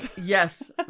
Yes